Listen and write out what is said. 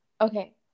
Okay